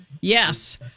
Yes